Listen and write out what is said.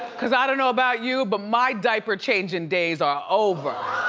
cause i don't know about you, but my diaper-changing days are over.